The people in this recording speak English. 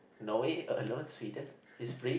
Norway alone Sweden is free